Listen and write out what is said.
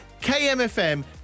kmfm